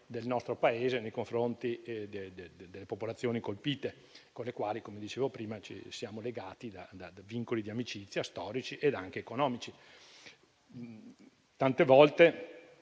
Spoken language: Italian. del nostro Paese nei confronti delle popolazioni colpite, con le quali - come dicevo prima - siamo legati da vincoli di amicizia storici ed anche economici. Tante volte